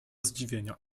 zdziwienia